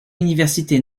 université